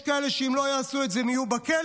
יש כאלה שאם הם לא יעשו את זה הם יהיו בכלא,